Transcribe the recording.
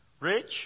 Rich